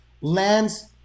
lands